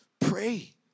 pray